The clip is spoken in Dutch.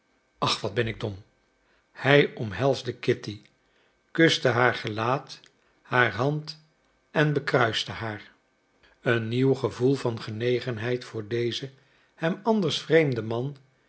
ach wat ben ik dom hij omhelsde kitty kuste haar gelaat haar hand en bekruiste haar een nieuw gevoel van genegenheid voor dezen hem anders vreemden man